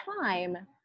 time